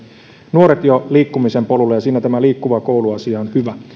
nuoret jo liikkumisen polulle ja siinä tämä liikkuva koulu asia on hyvä